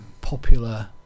popular